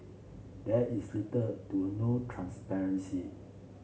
there is little to no transparency